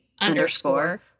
underscore